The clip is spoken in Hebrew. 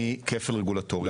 מכפל רגולטורי.